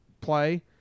play